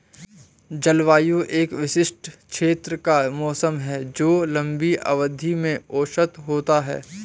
जलवायु एक विशिष्ट क्षेत्र का मौसम है जो लंबी अवधि में औसत होता है